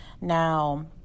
Now